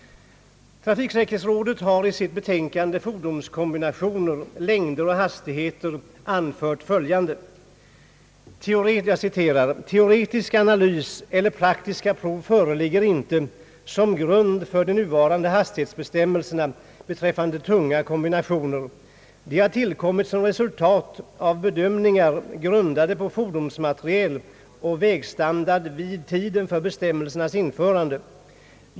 Trafiksäkerhetsrådet har i sitt betänkande »Fordonskombinationer, längder och hastigheter» anfört följande: »Teoretisk analys eller praktiska prov fö religger inte som grund för de nuvarande hastighetsbestämmelserna beträffande tunga kombinationer. De har tillkommit som resultat av bedömningar, grundade på fordonsmaterial och vägstandard vid tiden för bestämmelsernas införande.